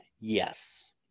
yes